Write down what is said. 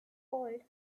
called